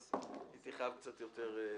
אז הייתי חייב להיות קצת יותר...